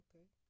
Okay